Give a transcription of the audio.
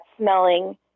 smelling